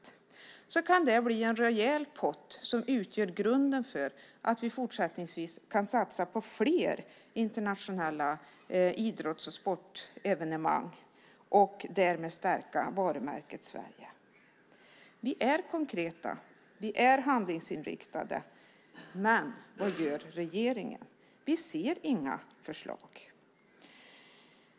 Det kan bli en rejäl pott som kan utgöra grunden för att vi fortsättningsvis ska kunna satsa på fler internationella idrotts och sportevenemang och därmed stärka varumärket Sverige. Vi är konkreta. Vi är handlingsinriktade. Men vad gör regeringen? Vi ser inga förslag.